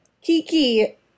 Kiki